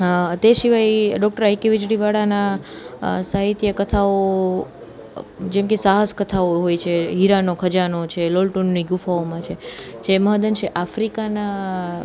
હા તે સિવાય ડોક્ટર આઈ કે વીજળીવાળાના સાહિત્ય કથાઓ જેમ કે સાહસ કથાઓ હોય છે હીરાનો ખજાનો છે લોલ ટૂનની ગુફાઓમાં છે જે મહદ અંશે આફ્રિકાના